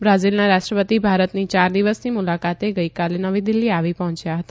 બ્રાઝીલના રાષ્ટ્રપતિ ભારતની યાર દિવસની મુલાકાતે ગઇકાલે નવી દિલ્હી આવી પહોંચ્યા હતા